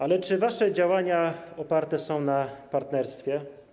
Ale czy wasze działania oparte są na partnerstwie?